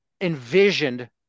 envisioned